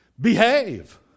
behave